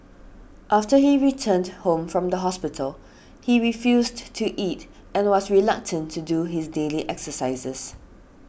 after he returned home from the hospital he refused to eat and was reluctant to do his daily exercises